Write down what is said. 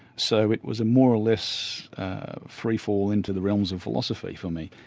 so it was a more or less freefall into the realms of philosophy for me.